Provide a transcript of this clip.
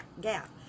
gap